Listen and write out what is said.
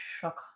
shock